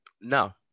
No